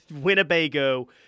Winnebago